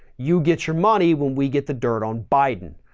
you get your money when we get the dirt on biden.